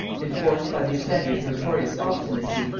enforced by the offenders notorious obstinacy,